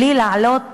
בלי להעלות